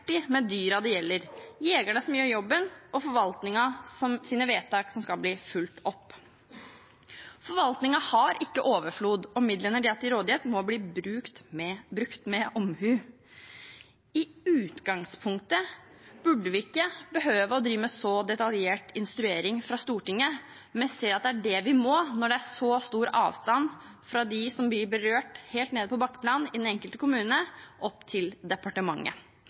med dyrene det gjelder, jegerne som gjør jobben, og forvaltningens vedtak, som skal følges opp. Forvaltningen har ikke overflod, og midlene de har til rådighet, må brukes med omhu. I utgangspunktet burde vi ikke behøve å drive med så detaljert instruering fra Stortingets side, men jeg ser at det er det vi må når det er så stor avstand mellom dem som blir berørt helt nede på bakkeplan, i den enkelte kommune, og departementet. Det er grunn til å stille spørsmål om hvordan dialogen mellom departementet